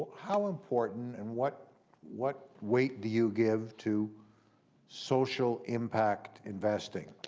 how important and what what weight do you give to social impact investing?